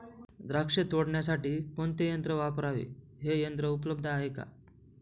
द्राक्ष तोडण्यासाठी कोणते यंत्र वापरावे? हे यंत्र उपलब्ध आहे का?